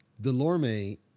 Delorme